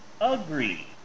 Agree